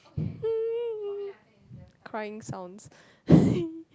crying sounds